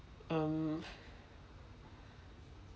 um